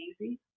easy